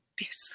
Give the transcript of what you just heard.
Yes